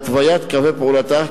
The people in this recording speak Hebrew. התוויית קווי פעולתה,